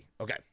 okay